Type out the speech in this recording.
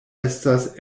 estas